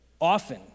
often